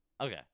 Okay